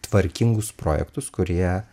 tvarkingus projektus kurie